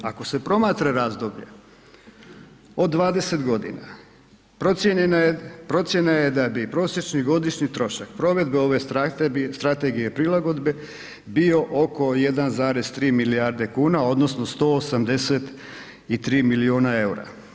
Ako se promatra razdoblje od 20 godina, procjena je da bi prosječni godišnji trošak provedbe ove Strategije prilagodbe bio oko 1,3 milijarde kuna, odnosno 183 milijuna eura.